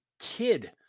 kid